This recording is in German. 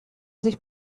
sich